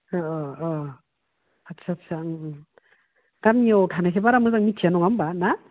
आस्सा आस्सा गामियाव थानायखौ बारा मोजां मिथिया नङा होमब्ला ना